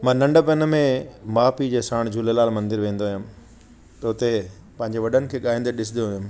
मां नंढ पणु में माउ पीउ जे साण झूलेलाल मंदिर वेंदो हुयुमि उते पंहिंजे वॾन खे ॻाइंदे ॾिसंदो हुयुमि